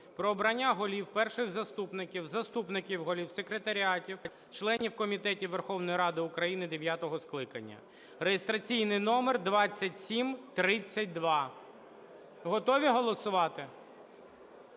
"Про обрання голів, перших заступників, заступників голів, секретаріатів, членів комітетів Верховної Ради України дев'ятого скликання" (реєстраційний номер 2732). Готові голосувати?